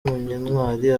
munyentwari